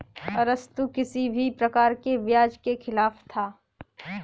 अरस्तु किसी भी प्रकार के ब्याज के खिलाफ था